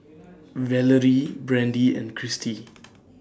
Valorie Brandee and Christy